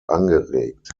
angeregt